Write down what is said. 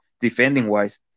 Defending-wise